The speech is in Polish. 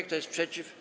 Kto jest przeciw?